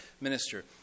minister